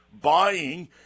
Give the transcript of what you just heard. buying